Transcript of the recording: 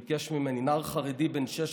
הוא ביקש ממני, נער חרדי בן 16,